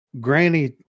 Granny